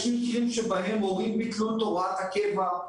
יש מקרים שבהם הורים ביטלו את הוראת הקבע.